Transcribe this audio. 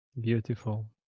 beautiful